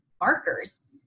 markers